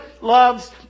loves